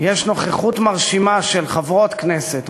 יש נוכחות מרשימה של חברות כנסת,